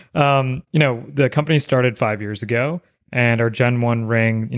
um you know the company started five years ago and our gen one ring,